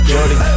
Jordy